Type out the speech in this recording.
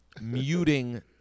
muting